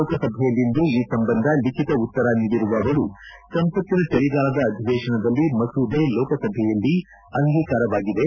ಲೋಕಸಭೆಯಲ್ಲಿಂದು ಈ ಸಂಬಂಧ ಲಿಖಿತ ಉತ್ತರ ನೀಡಿರುವ ಅವರು ಸಂಸತ್ತಿನ ಚಳಿಗಾಲದ ಅಧಿವೇಶನದಲ್ಲಿ ಮಸೂದೆ ಲೋಕಸಭೆಯಲ್ಲಿ ಅಂಗೀಕಾರವಾಗಿದೆ